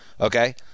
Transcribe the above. okay